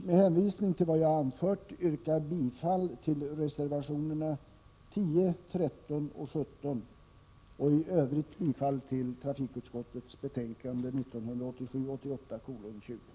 Med hänvisning till det anförda vill jag dock yrka bifall till reservationerna 10, 13 och 17 och i övrigt bifall till hemställan i trafikutskottets betänkande 1987/88:20.